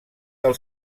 del